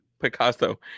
Picasso